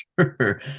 Sure